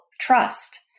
trust